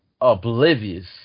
oblivious